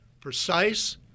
precise